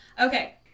okay